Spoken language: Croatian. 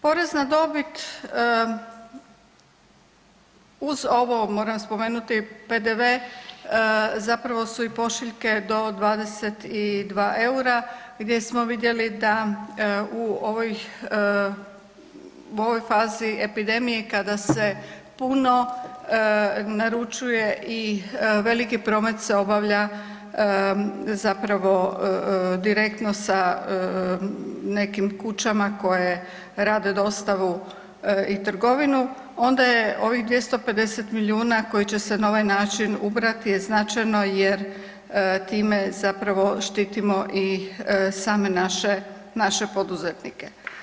Porez na dobit uz ovo moram spomenuti PDV, zapravo su i pošiljke do 22 eura gdje smo vidjeli da u ovoj fazi epidemije kada se puno naručuje i veliki promet se obavlja direktno sa nekim kućama koje rade dostavu i trgovinu onda je ovih 250 milijuna koji će se na ovaj način ubrati je značajno jer time štitimo i same naše poduzetnike.